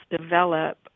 develop